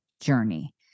journey